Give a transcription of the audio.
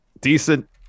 decent